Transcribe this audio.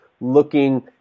looking